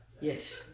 yes